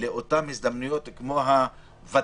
לאותן הזדמנויות כמו הוותיקים,